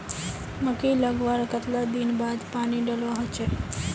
मकई लगवार कतला दिन बाद पानी डालुवा होचे?